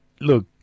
look